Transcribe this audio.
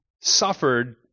suffered